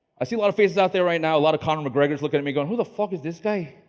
i see a lot of faces out there right now, a lot of conor mcgregor's looking at me going, who the f ah ck is this guy?